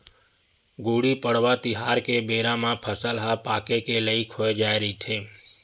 गुड़ी पड़वा तिहार के बेरा म फसल ह पाके के लइक हो जाए रहिथे